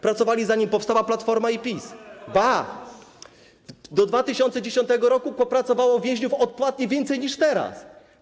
Pracowali, zanim powstała Platforma i PiS, ba, do 2010 r. pracowało więźniów odpłatnie więcej niż teraz.